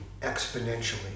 exponentially